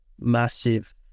massive